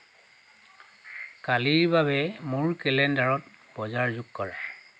কালিৰ বাবে মোৰ কেলেণ্ডাৰত বজাৰ যোগ কৰা